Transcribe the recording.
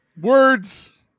Words